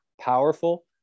powerful